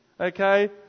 okay